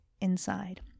inside